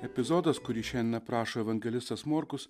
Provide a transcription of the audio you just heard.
epizodas kurį šiandien aprašo evangelistas morkus